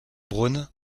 browne